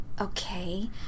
okay